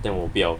then 我不要